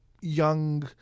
young